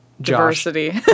Diversity